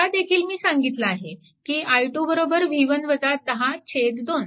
हा देखील मी सांगितला आहे की i2 2